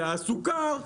זה הסוכר,